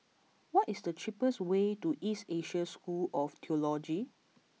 what is the cheapest way to East Asia School of Theology